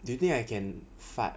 do you think I can fart